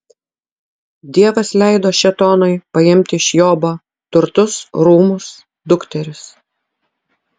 dievas leido šėtonui paimti iš jobo turtus rūmus dukteris